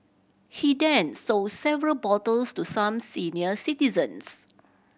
he then sold several bottles to some senior citizens